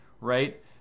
right